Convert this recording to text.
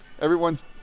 everyone's